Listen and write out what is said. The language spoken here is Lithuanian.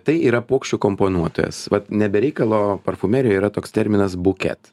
tai yra puokščių komponuotojas vat ne be reikalo parfumerijoje yra toks terminas buket